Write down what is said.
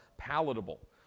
palatable